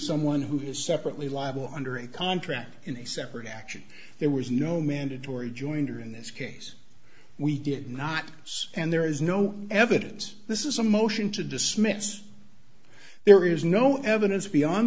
someone who is separately liable under a contract in a separate action there was no mandatory jointer in this case we did not and there is no evidence this is a motion to dismiss there is no evidence beyond